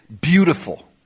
beautiful